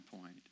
point